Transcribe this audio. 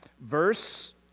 verse